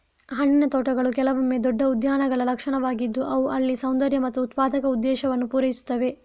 ಹಣ್ಣಿನ ತೋಟಗಳು ಕೆಲವೊಮ್ಮೆ ದೊಡ್ಡ ಉದ್ಯಾನಗಳ ಲಕ್ಷಣಗಳಾಗಿದ್ದು ಅವು ಅಲ್ಲಿ ಸೌಂದರ್ಯ ಮತ್ತು ಉತ್ಪಾದಕ ಉದ್ದೇಶವನ್ನು ಪೂರೈಸುತ್ತವೆ